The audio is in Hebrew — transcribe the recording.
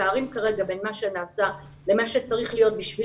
הפערים כרגע בין מה שנעשה למה שצריך להיות בשביל